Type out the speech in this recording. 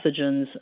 pathogens